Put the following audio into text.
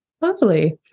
Lovely